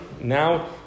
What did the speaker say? Now